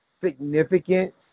significant